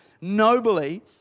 nobly